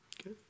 Okay